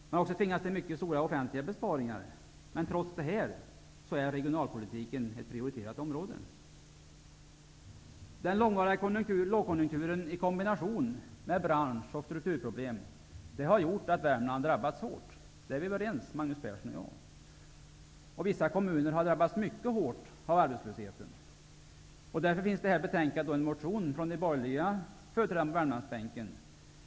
Man har även tvingats till mycket stora offentliga besparingar. Men trots det är regionalpolitiken ett prioriterat område. Den långvariga lågkonjunkturen i kombination med bransch och strukturproblem har gjort att Värmland har drabbats hårt -- det är Magnus Persson och jag överens om. Vissa kommuner har drabbats mycket hårt av arbetslösheten. Därför finns till det här betänkandet en motion från de borgerliga företrädarna på Värmlandsbänken.